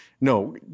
no